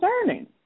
concerning